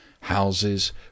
houses